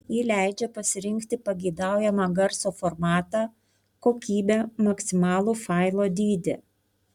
ji leidžia pasirinkti pageidaujamą garso formatą kokybę maksimalų failo dydį